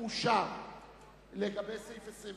סעיף 20,